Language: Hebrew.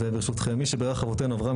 אז ברשותכם: מי שברך אבותינו אברהם,